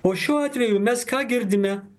o šiuo atveju mes ką girdime